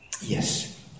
Yes